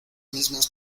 mismas